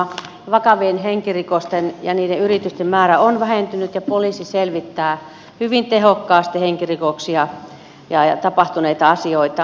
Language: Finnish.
vaka vien henkirikosten ja niiden yritysten määrä on vähentynyt ja poliisi selvittää hyvin tehokkaasti henkirikoksia ja tapahtuneita asioita